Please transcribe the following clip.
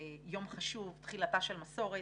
יום חשוב, תחילתה של מסורת